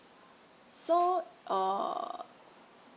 so orh